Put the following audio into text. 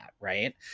Right